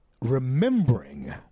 remembering